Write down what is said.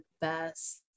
best